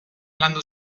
landu